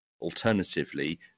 alternatively